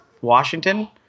Washington